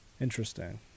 Interesting